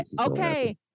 okay